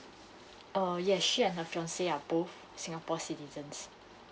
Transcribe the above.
uh yes she and her fiance are both singapore citizens